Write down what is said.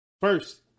First